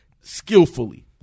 skillfully